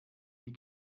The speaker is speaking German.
die